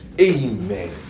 Amen